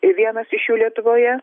vienas iš jų lietuvoje